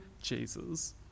Jesus